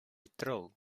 trill